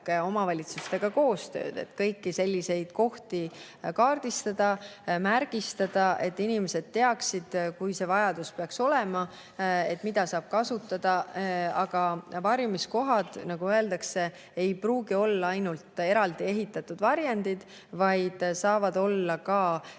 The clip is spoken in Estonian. omavalitsustega koostööd, et kõiki selliseid kohti kaardistada ja märgistada, et kui see vajadus peaks olema, inimesed teaksid, mida saab kasutada. Aga varjumiskohad, nagu öeldakse, ei pruugi olla ainult eraldi ehitatud varjendid, need võivad olla ka